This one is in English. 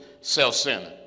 self-centered